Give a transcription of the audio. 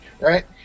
right